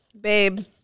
babe